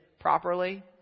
properly